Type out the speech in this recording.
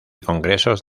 congresos